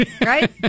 Right